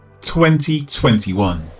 2021